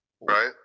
Right